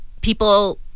people